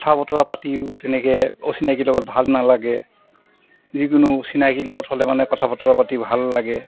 কথা বতৰা পাতিও তেনেকৈ অচিনাকিৰ লগত ভাল নালাগে যিকোনো চিনাকিৰ লগত হ'লে মানে কথা বতৰা পাতি ভাল লাগে